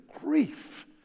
grief